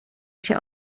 się